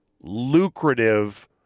lucrative